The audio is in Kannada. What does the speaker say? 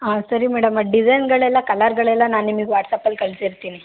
ಹಾಂ ಸರಿ ಮೇಡಮ್ ಆ ಡಿಸೈನ್ಗಳೆಲ್ಲ ಕಲರ್ಗಳೆಲ್ಲ ನಾನು ನಿಮಗ್ ವಾಟ್ಸ್ಯಾಪಲ್ಲಿ ಕಳಿಸಿರ್ತೀನಿ